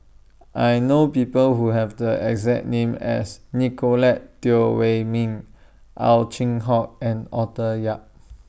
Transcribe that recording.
I know People Who Have The exact name as Nicolette Teo Wei Min Ow Chin Hock and Arthur Yap